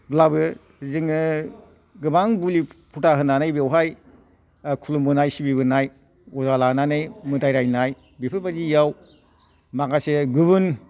ब्लाबो जोङो गोबां बुलि फुजा होनानै बेवहाय खुलुमबोनाय सिबिबोनाय अजा लानानै मोदाय रायनाय बेफोर बायदिआव माखासे गुबुन